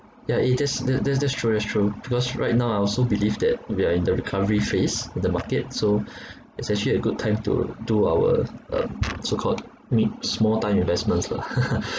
ya it just that that's true that's true because right now I also believe that we are in the recovery phase the market so it's actually a good time to do our um so called med~ small time investments lah